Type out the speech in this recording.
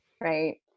right